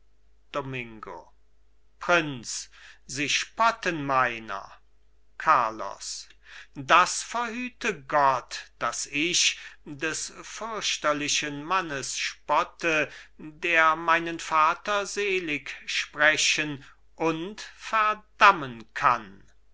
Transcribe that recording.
domingo prinz sie spotten meiner carlos das verhüte gott daß ich des fürchterlichen mannes spotte der meinen vater seligsprechen und verdammen kann